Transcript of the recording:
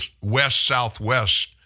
west-southwest